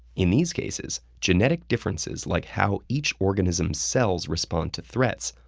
in these cases, genetic differences, like how each organism's cells respond to threats,